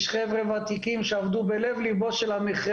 יש חבר'ה ותיקים שעבדו בלב ליבו של המכרה